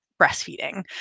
breastfeeding